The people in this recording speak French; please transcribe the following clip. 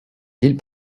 ville